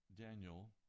Daniel